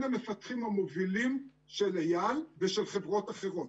המפתחים המובילים של איל ושל חברות אחרות.